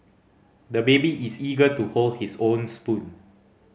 the baby is eager to hold his own spoon